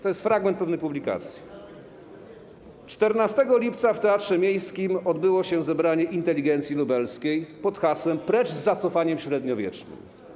To jest fragment pewnej publikacji: 14 lipca w Teatrze Miejskim odbyło się zebranie inteligencji lubelskiej pod hasłem „Precz z zacofaniem średniowiecznym”